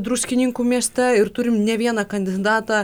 druskininkų mieste ir turim ne vieną kandidatą